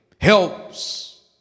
helps